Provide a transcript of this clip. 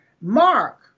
Mark